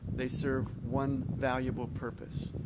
they serve one valuable purpose.